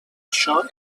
això